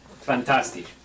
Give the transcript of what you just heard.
fantastic